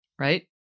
right